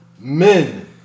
men